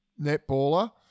netballer